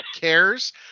cares